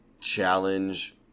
Challenge